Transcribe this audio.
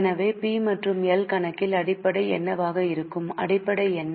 எனவே பி மற்றும் எல் கணக்கில் அடிப்படை என்னவாக இருக்கும் அடிப்படை என்ன